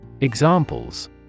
Examples